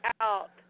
out